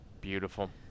Beautiful